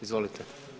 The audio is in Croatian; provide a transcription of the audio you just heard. Izvolite.